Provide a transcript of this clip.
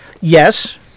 yes